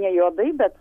ne juodai bet